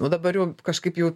nu dabar jau kažkaip jau